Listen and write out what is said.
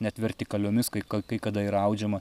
net vertikaliomis kai kai kada yra audžiama